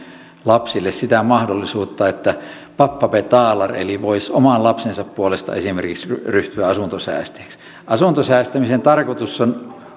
lapsille sitä mahdollisuutta että pappa betalar eli että voisi oman lapsensa puolesta esimerkiksi ryhtyä asuntosäästäjäksi asuntosäästämisen tarkoitus on